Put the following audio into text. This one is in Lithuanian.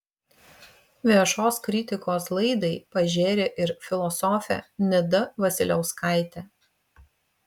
viešos kritikos laidai pažėrė ir filosofė nida vasiliauskaitė